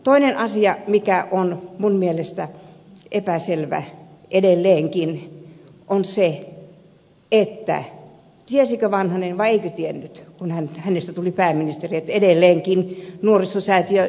toinen asia mikä on minun mielestäni edelleenkin epäselvä on se tiesikö vanhanen vai eikö tiennyt kun hänestä tuli pääministeri että edelleenkin nuorisosäätiö jakaa rahaa